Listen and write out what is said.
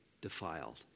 defiled